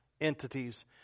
entities